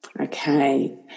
Okay